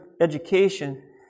education